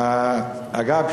אגב,